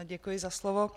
Děkuji za slovo.